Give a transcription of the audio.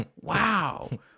Wow